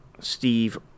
Steve